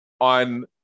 on